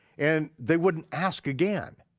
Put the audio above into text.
and they wouldn't ask again.